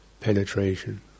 penetration